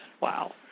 Wow